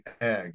egg